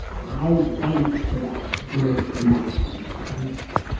i went to that great man, cleek.